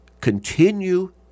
continue